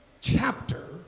chapter